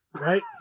Right